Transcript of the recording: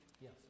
Yes